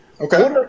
Okay